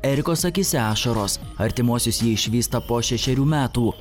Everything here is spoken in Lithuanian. erikos akyse ašaros artimuosius ji išvysta po šešerių metų